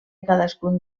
cadascun